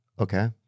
Okay